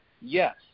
Yes